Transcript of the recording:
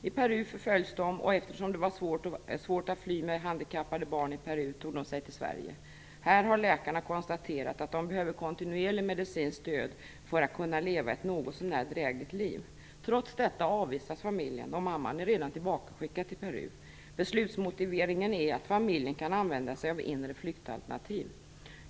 I Peru förföljdes de och eftersom det var svårt att fly med handikappade barn i Peru tog de sig till Sverige. Här har läkarna konstaterat att de behöver kontinuerligt medicinskt stöd för att kunna leva ett något så när drägligt liv. Trots detta avvisas familjen - och mamman är redan tillbakaskickad till Peru. Beslutsmotiveringen är att familjen kan använda sig av inre flyktalternativ.